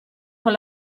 con